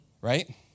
Right